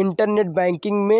internet banking में